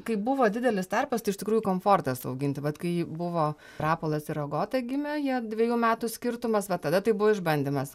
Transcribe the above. kai buvo didelis tarpas tai iš tikrųjų komfortas auginti vat kai buvo rapolas ir agota gimė jie dvejų metų skirtumas va tada tai buvo išbandymas